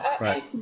right